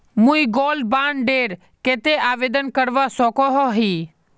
मुई gold bond डेर केते आवेदन करवा सकोहो ही?